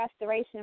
restoration